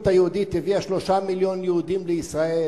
היהודית הביאה 3 מיליוני יהודים לישראל,